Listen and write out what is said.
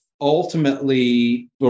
ultimately